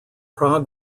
prague